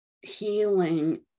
healing